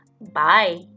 Bye